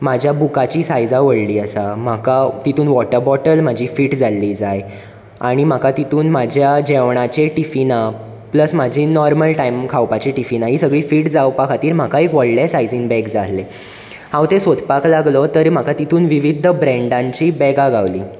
म्हाज्या बुकांची सायजां व्हडली आसा म्हाका तितून वॉटर बॉटल फीट जाल्ली जाय आनी म्हाका तितून म्हाज्या जेवणांची टिफीनां प्लस म्हाजी नॉर्मल टायम खावपाची टिफीनां ही सगळी फीट जावपाक जाय म्हाका एक व्हडल्या सायजीन बॅग जाय आहले हांव ते सोदपाक लागलो तरी म्हाका तेतूंत विवीध ब्रँडांची बॅगां गावलीं